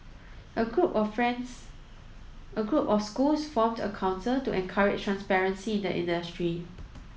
a group of friends a group of schools formed a council to encourage transparency in the industry